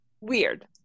weird